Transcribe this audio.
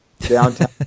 downtown